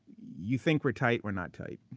you think we're tight, we're not tight.